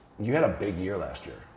you had a big year last year.